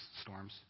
storms